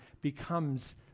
becomes